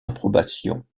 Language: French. approbation